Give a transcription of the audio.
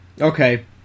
Okay